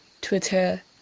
Twitter